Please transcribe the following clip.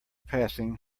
passing